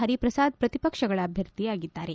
ಪರಿಪ್ರಸಾದ್ ಪ್ರತಿಪಕ್ಷಗಳ ಅಭ್ಞರ್ಥಿಯಾಗಿದ್ದಾರೆ